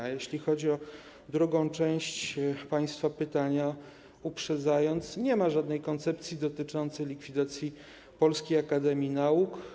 A jeśli chodzi o drugą część państwa pytania, uprzedzając, powiem, że nie ma żadnej koncepcji dotyczącej likwidacji Polskiej Akademii Nauk.